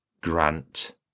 Grant